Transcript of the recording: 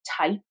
type